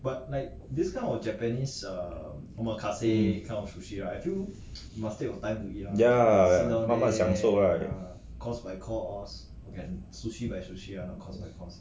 hmm ya 慢慢享受 right